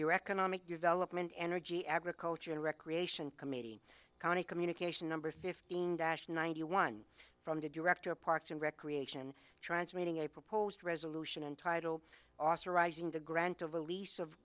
your economic development energy agriculture and recreation committee county communication number fifteen dash ninety one from the director of parks and recreation transmitting a proposed resolution entitled authorizing the grant of a lease of